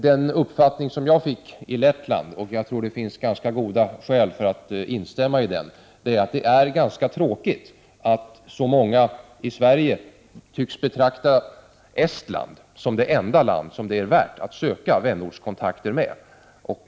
Den uppfattning som jag fick när jag besökte Lettland — jag tror att det finns ganska goda skäl att dela den uppfattningen — är att det är ganska tråkigt att så många i Sverige tycks betrakta Estland som det enda land som det är värt att söka vänortskontakter med.